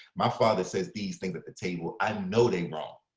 my father says these things at the table. i know they wrong.